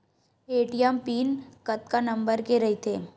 ATM PIN कतका number के रही थे?